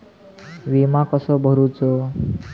विमा कसो भरूचो?